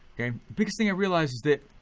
biggest thing i realized is that,